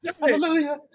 Hallelujah